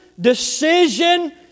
decision